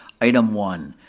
item one.